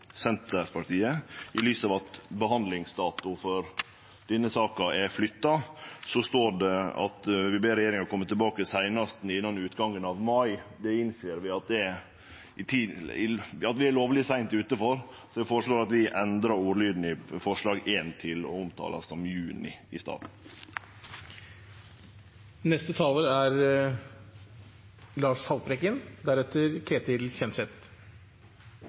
Senterpartiet, i lys av at behandlingsdatoen for denne saka har vorte flytt. Det står at vi ber regjeringa kome tilbake seinast innan utgangen av mai. Det innser vi at vi er lovleg seint ute for. Vi føreslår at vi endrar ordlyden i forslag nr. 1 til å omtale juni i staden. Nok en gang har vi en diskusjon om rovdyr i denne sal. Nok en gang er